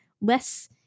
less